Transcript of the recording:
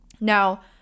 Now